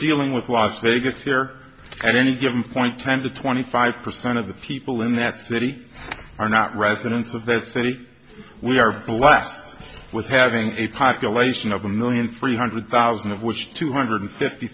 dealing with las vegas here at any given point ten to twenty five percent of the people in that city are not residents of that city we are blessed with having a population of a million three hundred thousand of which two hundred fifty